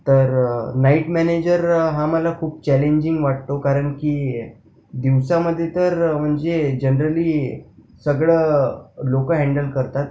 तर night manager हा मला खूप चॅलेंजिंग वाटतो कारण की दिवसामध्ये तर म्हणजे जनरली सगळं लोकं हॅण्डल करतात